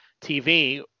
TV